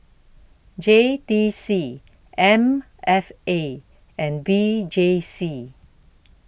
J T C M F A and V J C